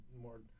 more